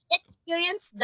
experience